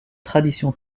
tradition